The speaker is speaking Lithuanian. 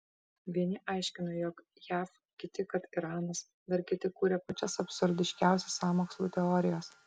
vieni aiškina jog jav kiti kad iranas dar kiti kuria pačias absurdiškiausias sąmokslų teorijas